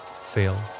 fail